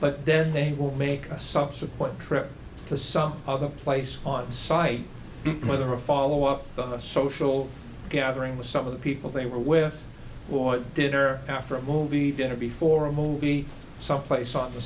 but there they will make a subsequent trip to some other place on site whether a follow up a social gathering with some of the people they were with what they did or after a movie theater before a movie someplace on the